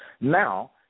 now